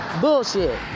bullshit